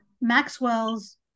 Maxwell's